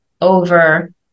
over